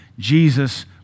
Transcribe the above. Jesus